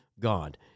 God